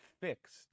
fixed